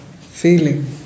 feeling